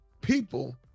people